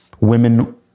Women